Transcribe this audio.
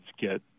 get